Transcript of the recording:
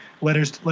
Letters